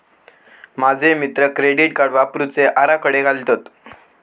माझे मित्र credit card वापरुचे आराखडे घालतत